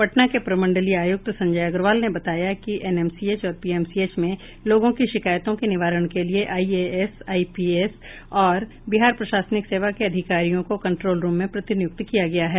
पटना के प्रमंडलीय आयुक्त संजय अग्रवाल ने बताया कि एनएमसीएच और पीएमसीएच में लोगों की शिकायतों के निवारण के लिए आईएएस आईपीएस और बिहार प्रशासनिक सेवा के अधिकारियों को कंट्रोल रुम में प्रतिनियुक्त किया गया है